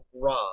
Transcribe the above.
Rob